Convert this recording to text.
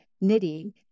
knitting